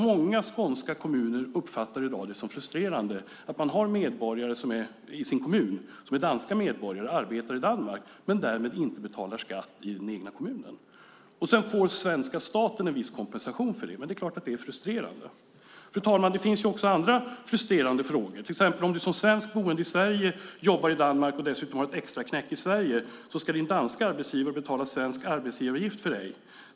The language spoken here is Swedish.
Många skånska kommuner uppfattar det i dag som frustrerande att de har medborgare i sin kommun som är danska medborgare och arbetar i Danmark men därmed inte betalar skatt i den egna kommunen. Svenska staten får en viss kompensation för detta, men det är klart att det är frustrerande. Fru talman! Det finns också andra frustrerande frågor. Om du exempelvis som svensk boende i Sverige jobbar i Danmark och dessutom har ett extraknäck i Sverige ska din danska arbetsgivare betala svensk arbetsgivaravgift för dig.